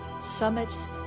summits